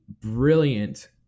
brilliant